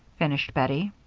finished bettie.